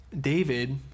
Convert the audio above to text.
David